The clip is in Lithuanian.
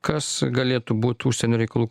kas galėtų būt užsienio reikalų